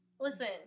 Listen